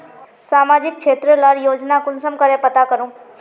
सामाजिक क्षेत्र लार योजना कुंसम करे पता करूम?